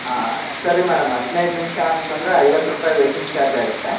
ಹಾಂ ಸರಿ ಮೇಡಮ್ ಹದಿನೈದು ನಿಮಿಷ ಅಂತ ಅಂದರೆ ಐವತ್ತು ರೂಪಾಯಿ ವೈಟಿಂಗ್ ಚಾರ್ಜ್ ಆಗುತ್ತೆ